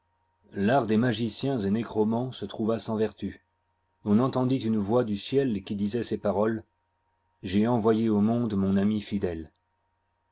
l'art des magiciens et négromants se trouva sans vertu on entendit une voix du ciel qui disoit ces paroles j'ai envoyé au monde mon ami fidèle